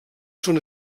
són